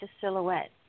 silhouette